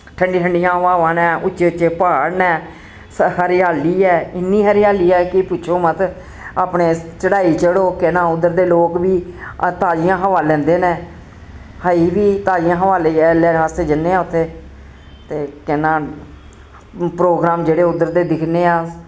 ठंडी ठंडियां हवावां नै उच्चे उच्चे प्हाड़ नै हरियाली ऐ इन्नी हरियाली ऐ कि पुच्छो मत अपने चढ़ाई चढ़ो केह् नांऽ उद्दर दे लोक वी ताजियां हवां लैंदे नै हाई वी ताजियां हवां लेइयै लैन आस्तै जन्ने आं उत्थें ते केह् नां प्रोग्राम जेह्ड़े उद्दर दे दिक्खने आं